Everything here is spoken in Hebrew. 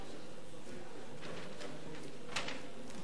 בבקשה, אדוני.